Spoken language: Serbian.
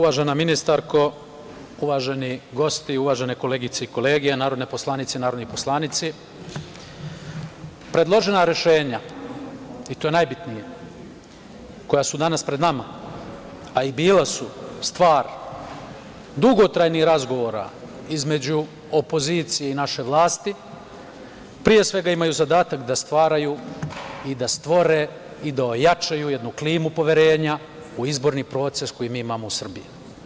Uvažena ministarko, uvaženi gosti, uvažene koleginice i kolege narodne poslanice i narodni poslanici, predložena rešenja, i to je najbitnije, koja su danas pred nama, a i bila su stvar dugotrajnih razgovora između opozicije i naše vlasti, pre svega imaju zadatak da stvaraju i da stvore i da ojačaju jednu klimu poverenja u izborni proces koji mi imamo u Srbiji.